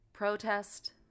protest